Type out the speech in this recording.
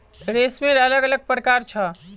रेशमेर अलग अलग प्रकार छ